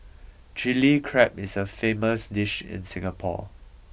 Chilli Crab is a famous dish in Singapore